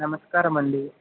నమస్కారమండీ